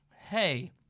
hey –